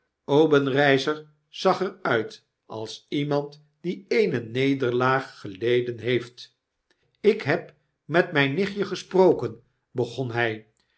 obenreizer zag er uit als iemand die eene nederlaag geleden heeft ik heb met mp nichtje gesproken begon h